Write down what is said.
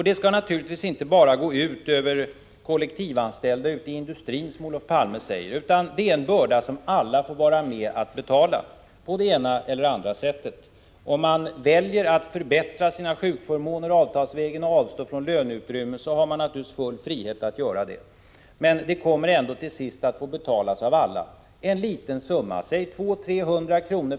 Det skall naturligtvis inte bara gå ut över kollektivanställda i industrin, som Olof Palme säger, utan det är en börda som alla får vara med och betala på det ena eller andra sättet. De som väljer att förbättra sina sjukförmåner avtalsvägen och avstå från löneutrymme har naturligtvis full frihet att göra det. Men det kommer ändå till sist att få betalas av alla. En liten summa — säg 200-300 kr.